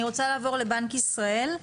אני רוצה לעבור לבנק ישראל.